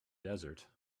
desert